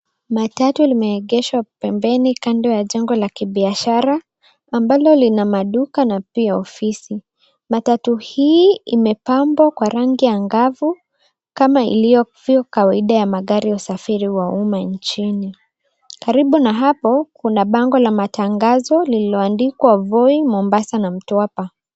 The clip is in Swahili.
Matatu limeegeshwa pembeni kando ya jengo la kibiashara, ambalo lina maduka na pia ofisi. Matatu hii imepambwa kwa rangi angavu kama ilivyo kawaida ya magari ya usafiri wa umma nchini. Karibu na hapo, kuna bango la matangazo lililoandikwa Voi, Mombasa na Mtwapa.